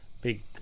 big